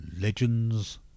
Legends